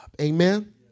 Amen